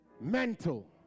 mental